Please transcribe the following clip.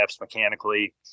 mechanically